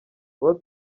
kuba